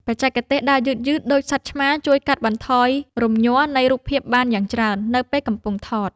បច្ចេកទេសដើរយឺតៗដូចសត្វឆ្មាជួយកាត់បន្ថយរំញ័រនៃរូបភាពបានយ៉ាងច្រើននៅពេលកំពុងថត។